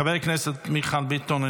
חבר הכנסת מיכאל ביטון,